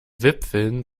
wipfeln